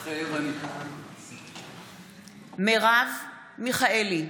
מתחייב אני מרב מיכאלי,